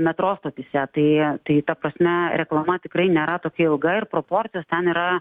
metro stotyse tai tai ta prasme reklama tikrai nėra tokia ilga ir proporcijos ten yra